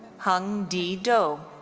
hung d. do.